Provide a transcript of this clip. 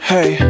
Hey